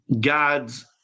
God's